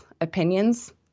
opinions